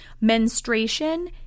Menstruation